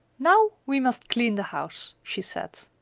now we must clean the house, she said.